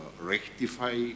rectify